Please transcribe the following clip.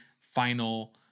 final